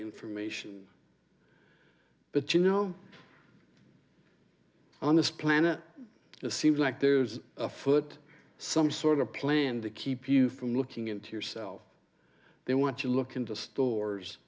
information but you know on this planet it seems like there's a foot some sort of plan to keep you from looking into yourself they want to look into stores